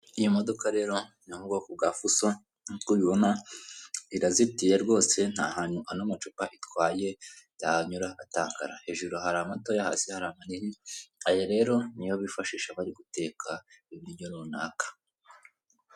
Iyi modoka rero ni iyo mu bwoko bwa fuso, nkuko ubibona, irazitiye rwose nta hantu ano macupa itwaye yanyura atakara. Hejuru hari amatoya hasi hari amanini, aya rero ni yo bifashisha bari guteka ibiryo runaka.